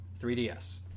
3ds